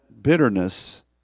bitterness